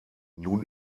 nun